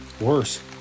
Worse